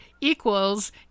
equals